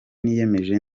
niyemeje